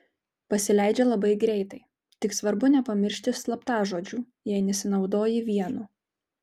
pasileidžia labai greitai tik svarbu nepamiršti slaptažodžių jei nesinaudoji vienu